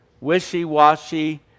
wishy-washy